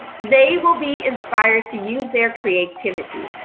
they will be inspired to use their creativity.